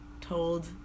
told